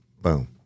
Boom